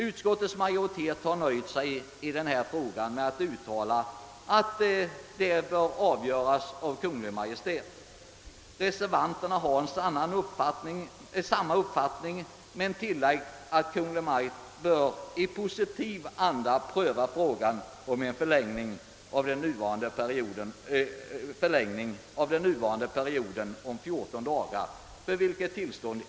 Utskottsmajoriteten har nöjt sig med att i denna fråga uttala, att frågan om en förlängning av den fjortondagarsperiod, för vilken uppehållstillstånd icke krävs, bör prövas av Kungl. Maj:t. Reservanterna har samma uppfattning, men de har tillagt, att Kungl. Maj:t bör »i positiv anda» pröva frågan.